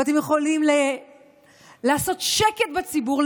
ואתם יכולים לעשות שקט בציבור,